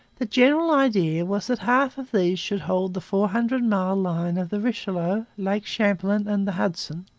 the general idea was that half of these should hold the four-hundred-mile line of the richelieu, lake champlain, and the hudson,